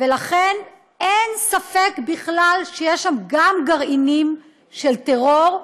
ולכן אין ספק בכלל שיש שם גם גרעינים של טרור,